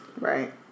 Right